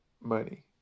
money